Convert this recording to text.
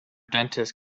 dentist